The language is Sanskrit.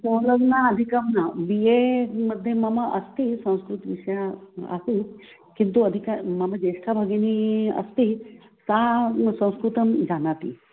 सर्वं न अधिकं न बि एमध्ये मम अस्ति संस्कृतविषयः आसीत् किन्तु अधिक मम ज्येष्ठा भगिनी अस्ति सा संस्कृतं जानाति